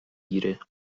گیره